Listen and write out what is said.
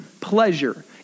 pleasure